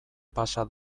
pasa